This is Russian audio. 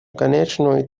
конечной